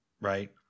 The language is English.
Right